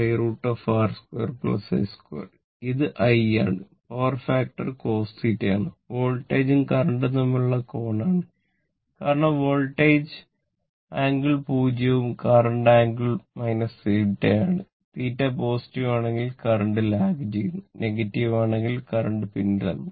√ R2 X2 ഇത് I ആണ് power factor ചെയ്യുന്നു നെഗറ്റീവ് ആണെങ്കിൽ കറന്റ് പിന്നിലാകും